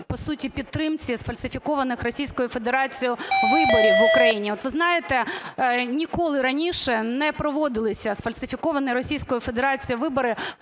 по суті, підтримці сфальсифікованих Російською Федерацією виборів в Україні. От ви знаєте, ніколи раніше не проводилися сфальсифіковані Російською Федерацією вибори